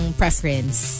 preference